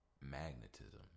magnetism